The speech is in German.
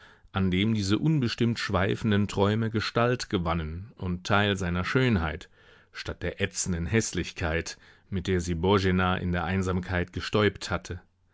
an dem diese unbestimmt schweifenden träume gestalt gewannen und teil seiner schönheit statt der ätzenden häßlichkeit mit der sie boena in der einsamkeit gestäupt hatte